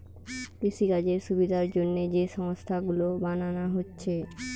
কৃষিকাজের সুবিধার জন্যে যে সংস্থা গুলো বানানা হচ্ছে